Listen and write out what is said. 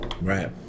Right